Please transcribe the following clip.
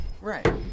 Right